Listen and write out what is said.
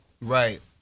Right